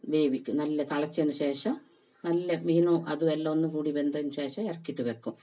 വേവിക്കും നല്ല തിളച്ചതിന് ശേഷം നല്ല മീനും അതും എല്ലാം കൂടി വെന്തതിന് ശേഷം ഇറക്കിയിട്ട് വയ്ക്കും